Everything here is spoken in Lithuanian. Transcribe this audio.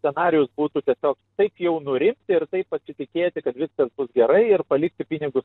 scenarijus būtų tiesiog taip jau nurimti ir taip patikėti kad viskas bus gerai ir palikti pinigus